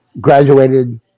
graduated